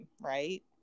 right